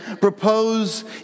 propose